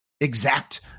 exact